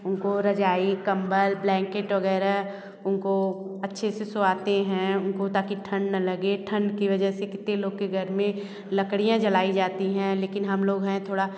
उनको रज़ाई कम्बल ब्लैंकेट वग़ैरह उनको अच्छे से सोआते हैं उनको ताकि ठंड ना लगे ठंड की वजह से कितने लोगों के घर में लकड़ियाँ जलाई जाती हैं लेकिन हम लोग हैं थोड़ा